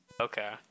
Okay